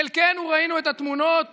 חלקנו ראינו את התמונות